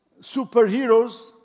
superheroes